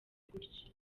gutyo